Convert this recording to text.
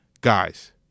guys